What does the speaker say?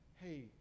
hey